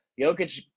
Jokic